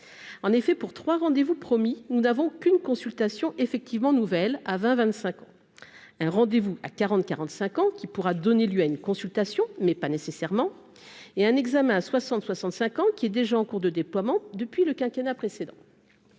en effet pour trois rendez-vous promis, nous n'avons qu'une consultation effectivement nouvelle à 20 25 ans un rendez vous à 40 45 ans, qui pourra donner lieu à une consultation mais pas nécessairement et un examen à 60 65 ans, qui est déjà en cours de déploiement depuis le quinquennat précédent.